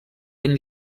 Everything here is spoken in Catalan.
ben